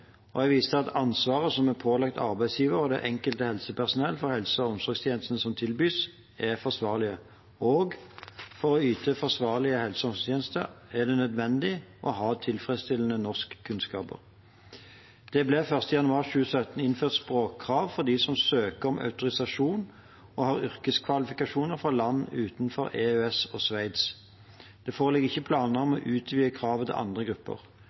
Jeg viser til at ansvaret som er pålagt arbeidsgiver og det enkelte helsepersonell for helse- og omsorgstjenesten som tilbys, er forsvarlig, og for å yte forsvarlige helse-og omsorgstjenester er det nødvendig å ha tilfredsstillende norskkunnskaper. Det ble 1. januar 2017 innført språkkrav for dem som søker om autorisasjon og har yrkeskvalifikasjoner fra land utenfor EØS og Sveits. Det foreligger ikke planer om å utvide kravet til andre grupper.